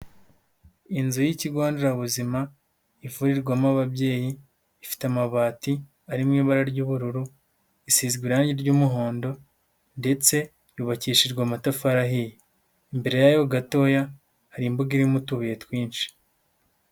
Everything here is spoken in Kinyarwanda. Inzu y'ikigo nderabuzima, ivurirwamo ababyeyi, ifite amabati ari mu ibara ry'ubururu, isizwe irangi ry'umuhondo ndetse yubakishijwe amatafari ahiye. Imbere yayo gatoya, hari imbuga irimo utubuye twinshi.